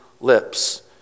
lips